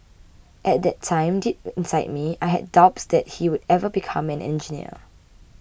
at that time deep inside me I had doubts that he would ever become an engineer